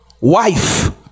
wife